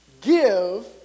Give